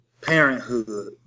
parenthood